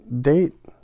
date